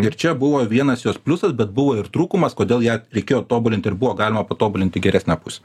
ir čia buvo vienas jos pliusas bet buvo ir trūkumas kodėl ją reikėjo tobulint ir buvo galima patobulint į geresnę pusę